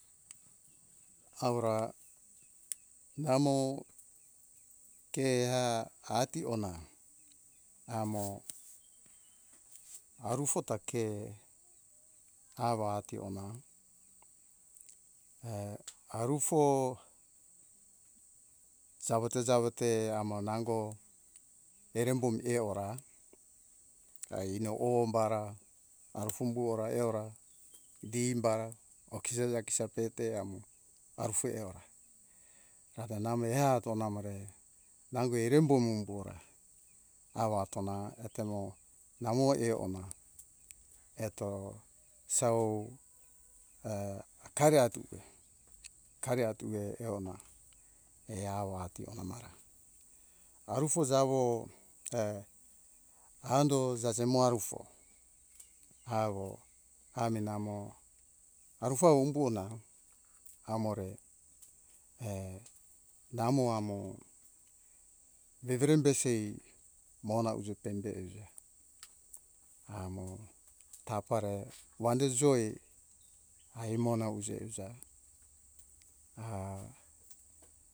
Awora namo ke eha ationa amo arufota ke awa ationa e arufo jawo te jawo te amo nago ere embomi eora ai ino om bara arufo buora eora di bara okisa jakisa peteawo arufo eora ra te amo eha ationa amore. Nago ere embomi hubu hora awo ationa amo ere embomi buhora awo ationa, amo eona eto sau akari atiue eona- akari atiue eona e awo ativeona amara. arufo jawo ando jajemo arufo awo amo namo arufo humbuona e namo amo vevere besie mohona uje peimibe euja. Amo tapare wande jo ai mohona uje euja ah.